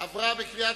לדיון